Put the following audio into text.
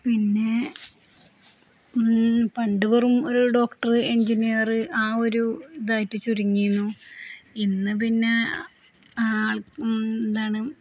പിന്നെ പണ്ട് വെറും ഒരു ഡോക്ടര് എൻജിനീയര് ആ ഒരു ഇതായിട്ട് ചുരുങ്ങിയിരുന്നു ഇന്നു പിന്നെ ആൾ എന്താണ്